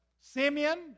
Simeon